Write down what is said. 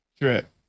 drip